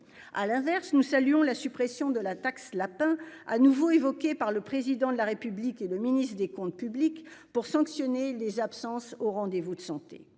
À l'inverse, nous saluons la suppression de la taxe lapin à nouveau évoqué par le président de la République et le ministre des Comptes publics pour sanctionner les absences au rendez-vous de santé.